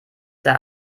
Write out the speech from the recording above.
der